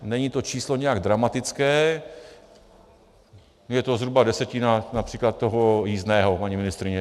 Není to číslo nijak dramatické, je to zhruba desetina například toho jízdného, paní ministryně.